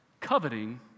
Coveting